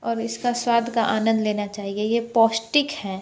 और इस का स्वाद का आनंद लेना चाहिए ये पौष्टिक है